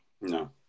No